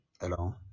Hello